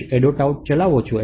out ચલાવો છો